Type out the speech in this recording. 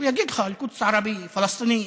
הוא יגיד לך: אל-קודס ערבי, פלסטינייה.